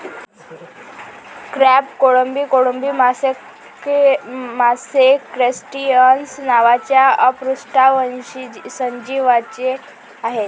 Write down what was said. crab, कोळंबी, कोळंबी मासे क्रस्टेसिअन्स नावाच्या अपृष्ठवंशी सजीवांचे आहेत